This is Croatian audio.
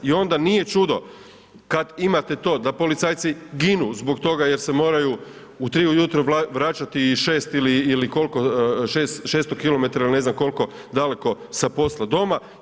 I onda nije čudo, kad imate to, da policajci ginu, zbog toga jer se moraju u 3 ujutro vraćati 6 ili koliko 600 km ili ne znam koliko daleko sa posla doma.